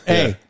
Hey